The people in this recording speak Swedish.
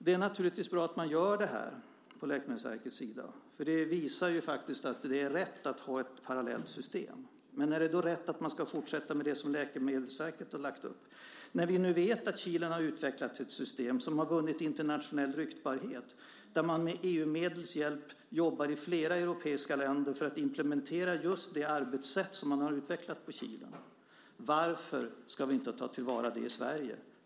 Det är naturligtvis bra att man gör det här från Läkemedelsverkets sida, för det visar att det är rätt att ha ett parallellt system. Men är det då rätt att fortsätta med det som Läkemedelverket har lagt upp när vi vet att Kilen har utvecklat sitt system, som har vunnit internationell ryktbarhet? Med EU-medels hjälp jobbar man i flera europeiska länder för att implementera just det arbetssätt som har utvecklats på Kilen. Varför ska vi inte ta till vara det i Sverige?